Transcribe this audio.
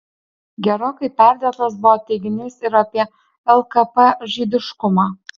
gerokai perdėtas buvo teiginys ir apie lkp žydiškumą